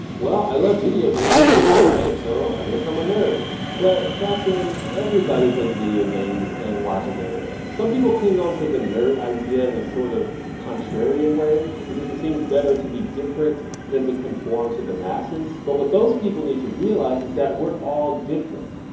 well i love videos games and anime, so i guess i'm a nerd. but f ah ckin, everybody plays video games and watches anime. some people cling on to the nerd idea in a sort of contrarian way, because it seems better to be different than to conform to the masses. but what those people need to realize is that we're all different.